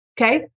Okay